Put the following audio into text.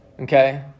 Okay